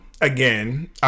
again